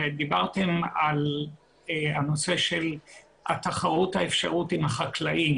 דיברתם על הנושא של התחרות האפשרית עם החקלאים.